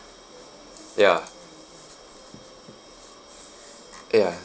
ya ya